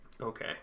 Okay